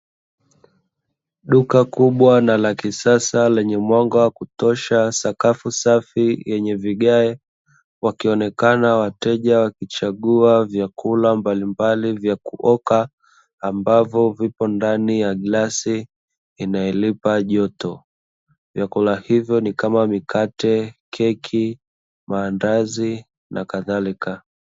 Duka kubwa na la kisasa lenye mwanga wa kutosha, sakafu safi yenye vigae. Wakionekana wateja wakichagua vyakula mbalimbali vya kuokwa ambavyo vipo katika glasi inayoipa joto. Vyakula hivyo ni kama: mikate, keki, maandazi, na kadhalika.